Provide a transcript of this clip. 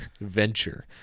venture